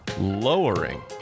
lowering